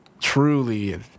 Truly